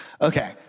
Okay